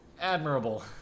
admirable